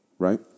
Right